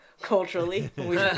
culturally